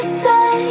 say